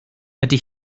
ydy